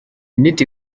nid